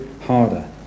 harder